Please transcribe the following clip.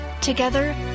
Together